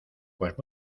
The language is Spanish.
pues